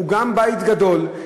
גם בית גדול,